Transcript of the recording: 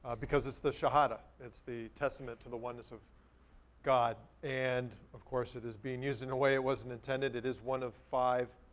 ah because it's the shahada. it's the testament to the oneness of god. and, of course, it is being used in a way it wasn't intended. it was one of five